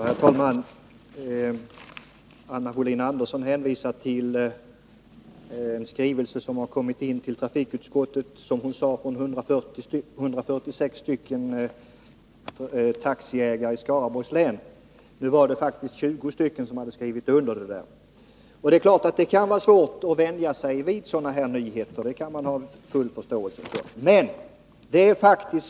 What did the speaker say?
Herr talman! Anna Wohlin-Andersson hänvisar till en skrivelse som har kommit in till trafikutskottet från, som hon sade, 146 taxiägare i Skaraborgs län. Nu var det faktiskt bara 20 som hade skrivit under denna skrivelse. Det är klart att det kan vara svårt att vänja sig vid sådana här nyheter. Det har jag full förståelse för.